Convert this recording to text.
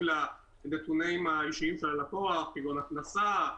לנתונים האישיים של הלקוח כגון הכנסה,